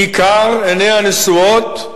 בעיקר עיניה נשואות,